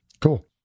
Cool